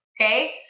Okay